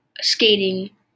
skating